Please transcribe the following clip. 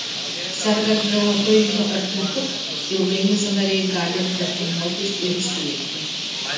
sergant reumatoidiniu artritu ilgainiui sąnariai gali deformuotis ir iškrypti